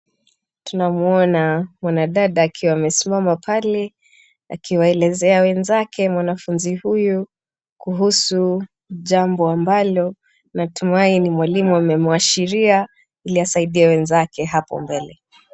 Tunamwona mwanadada akiwa amesimama pale akiwaelezea wenzake mwanafunzi huyu kuhusu jambo ambalo natumai ni mwalimu amemwashiria ili asaidie wenzake hapo mbele.